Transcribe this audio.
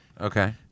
Okay